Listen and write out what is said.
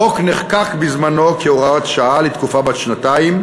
החוק נחקק בזמנו כהוראת שעה לתקופה בת שנתיים,